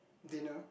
dinner